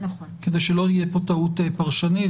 כדי שלא תהיה פה טעות פרשנית.